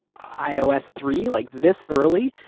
ios three, like this early.